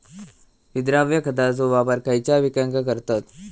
विद्राव्य खताचो वापर खयच्या पिकांका करतत?